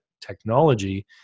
technology